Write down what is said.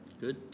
Good